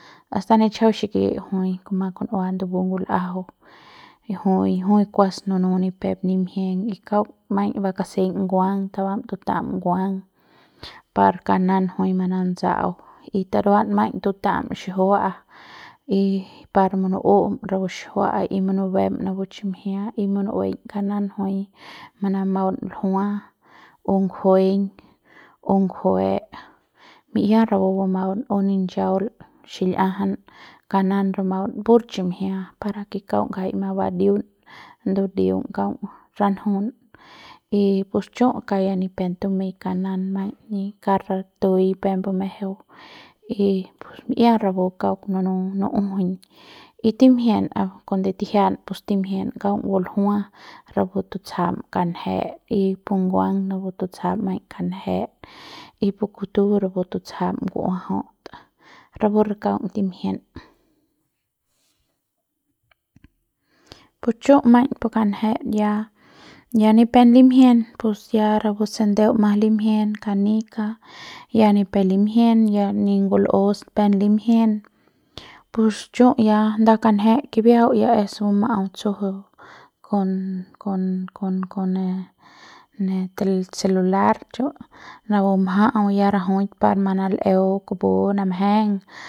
Hasta nitchjau xiki jui kuma kun'ua ndubu ngul'ajau y jui jui kuas nunu ni pep nim'jien y kauk maiñ ba kasem nguang tabam tuta'am nguang par kanan jui manatsa'au y taduam maiñ tutam xijiua'a y par munu'um rapu xijiua'a y munubem napu chimjia y munu'ueiñ kanan jui manamaun ljua o nguejeiñ o ngueje mi'ia rapu bamaun o rich'aul xil'iajan kanan bumaun pur chim'jia para ke kaung ngjai mabadiun ndudiung kaung ranjun y pus chu kauk ya ni pep tumei kanan maiñ ni kauk ratu'ui peuk bumejeu y pus mi'ia rapu kauk nunu nu'ujuiñ y timjie'em cuando tijia'am pues timjie'em kaung buljua rapu tutsjam kanje y pu nguang rapu maiñ tutsjam kanje y pu kutu rapu tutsjam nguajaut rapu re kaung timjiem pus chu maiñ pu kanje ya ya ni pe limjien pus ya rapu se ndeu mas limjien canica ya ni pep limjien ya ni ngul'us pe limjien pus chu ya nda kanje kibiajau ya buma'au tsju kon kon kon kon ne tel celular chu napu mja'au ya rajuik par manal'eu kupu namjen.